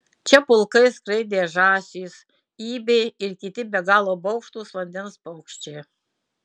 čia pulkais skraidė žąsys ibiai ir kiti be galo baugštūs vandens paukščiai